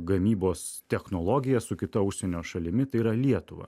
gamybos technologija su kita užsienio šalimi tai yra lietuva